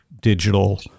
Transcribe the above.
digital